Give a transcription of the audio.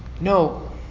No